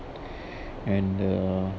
and uh